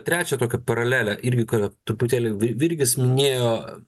trečią tokią paralelę irgi truputėlį vir virgis minėjo